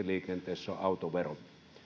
liikenteessä on autovero